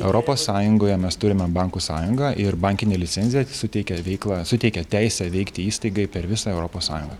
europos sąjungoje mes turime bankų sąjungą ir bankinė licencija suteikia veiklą suteikia teisę veikti įstaigai per visą europos sąjungą